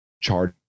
charge